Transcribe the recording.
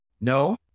No